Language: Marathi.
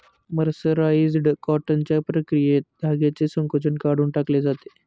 मर्सराइज्ड कॉटनच्या प्रक्रियेत धाग्याचे संकोचन काढून टाकले जाते